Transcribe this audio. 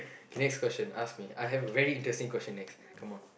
next question ask me I have very interesting question next come on